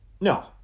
No